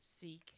seek